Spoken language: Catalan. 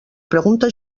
pregunta